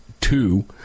two